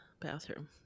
bathroom